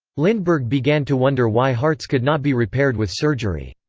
lindbergh began to wonder why hearts could not be repaired with surgery.